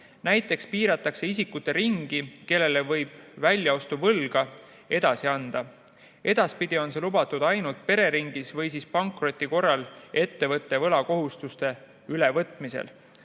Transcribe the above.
Näiteks piiratakse isikute ringi, kellele võib väljaostuvõlga edasi anda. Edaspidi on see lubatud ainult pereringis või pankroti korral ettevõtte võlakohustuste ülevõtmisel.